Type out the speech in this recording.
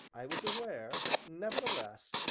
i was aware, nevertheless,